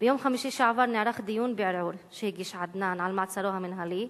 ביום חמישי שעבר נערך דיון בערעור שהגיש עדנאן על מעצרו המינהלי.